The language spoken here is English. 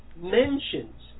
mentions